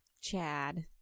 Chad